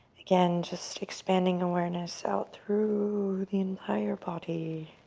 again, just expanding awareness out through the entire body.